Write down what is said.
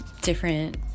different